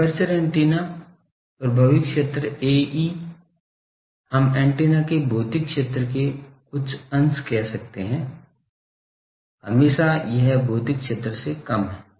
aperture antenna प्रभावी क्षेत्र Ae हम एंटीना के भौतिक क्षेत्र के कुछ अंश कह सकते हैं हमेशा यह भौतिक क्षेत्र से कम है